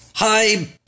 Hi